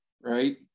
right